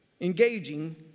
engaging